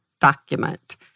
document